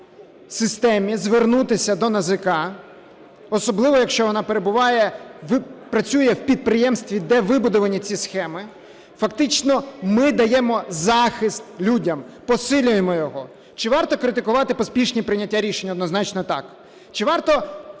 захищеній системі звернутися до НАЗК, особливо якщо вона перебуває, працює в підприємстві, де вибудувані ці схеми. Фактично ми даємо захист людям, посилюємо його. Чи варто критикувати поспішні прийняття рішень? Однозначно, так. Чи варто